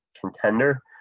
contender